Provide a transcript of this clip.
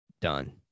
done